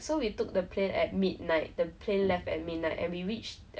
then 食物都没有这样好吃都是靠运